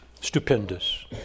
stupendous